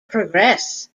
progress